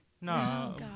No